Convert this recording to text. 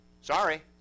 sorry